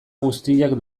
guztiak